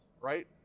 right